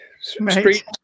Street